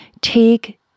take